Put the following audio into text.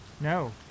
No